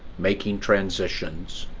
making transitions,